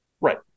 Right